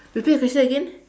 repeat the question again